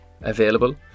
available